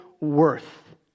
worth